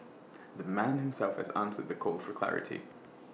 the man himself has answered the call for clarity